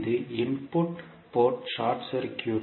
இது input port short circuit